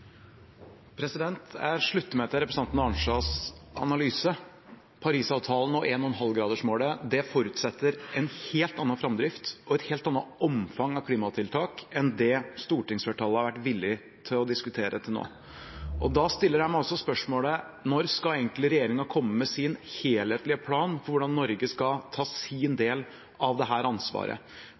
Jeg slutter meg til representanten Arnstads analyse. Paris-avtalen og 1,5-gradersmålet forutsetter en helt annen framdrift og et helt annet omfang av klimatiltak enn det stortingsflertallet har vært villig til å diskutere til nå. Da stiller jeg meg også spørsmålet: Når skal egentlig regjeringen komme med sin helhetlige plan for hvordan Norge skal ta sin del av dette ansvaret?